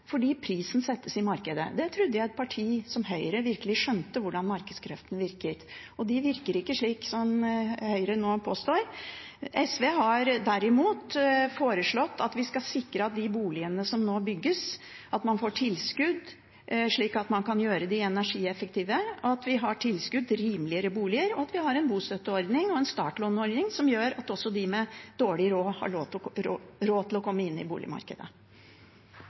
fordi prisen settes i markedet. Jeg trodde et parti som Høyre virkelig skjønte hvordan markedskreftene virker, og de virker ikke slik som Høyre nå påstår. SV har derimot foreslått at vi skal sikre at man får tilskudd til de boligene som nå bygges, slik at man kan gjøre dem energieffektive, at man har tilskudd til rimeligere boliger, og at man har en bostøtteordning og en startlånordning som gjør at også de med dårlig råd har råd til å komme seg inn i boligmarkedet.